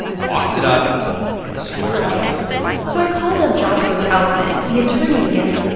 box it up and store it out of sight so i called up joshua kaufman, the attorney, again.